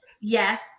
Yes